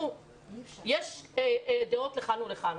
יש דעות לכאן ולכאן.